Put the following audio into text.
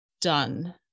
done